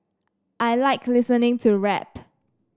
I like listening to rap